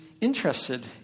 interested